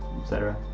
etc.